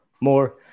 more